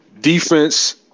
Defense